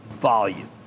volume